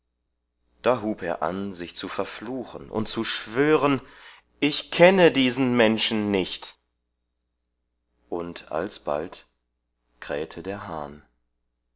da hob er an sich zu verfluchen und zu schwören ich kenne diesen menschen nicht uns alsbald krähte der hahn